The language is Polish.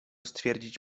stwierdzić